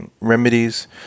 remedies